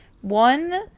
one